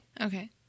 Okay